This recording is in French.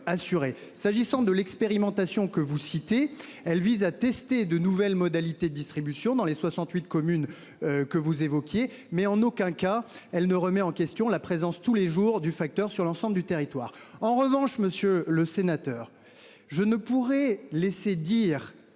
S'agissant de l'expérimentation que vous citez. Elle vise à tester de nouvelles modalités distribution dans les 68 communes que vous évoquiez, mais en aucun cas elle ne remet en question la présence tous les jours du facteur sur l'ensemble du territoire. En revanche, monsieur le sénateur. Je ne pourrai laisser dire